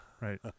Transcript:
right